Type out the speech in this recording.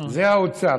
זה האוצר.